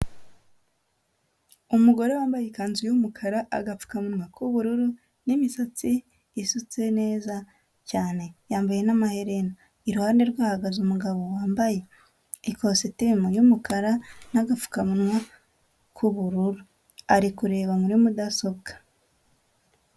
Umugore wambaye ikanzu y'umukara, agapfukamunwa k'ubururu n'imisatsi isutse neza cyane, yambaye n'amaherena, iruhande rwe hahagaze umugabo wambaye ikositimu y'umukara n'agapfukamunwa k'ubururu, ari kureba muri mudasobwa.